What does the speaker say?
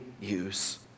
use